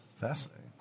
Fascinating